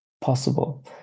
possible